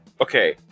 okay